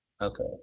Okay